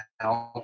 help